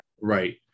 right